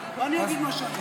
ואני אגיד מה שאני רוצה.